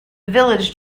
village